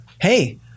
Hey